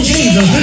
Jesus